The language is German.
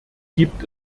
gibt